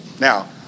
Now